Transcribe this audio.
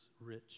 rich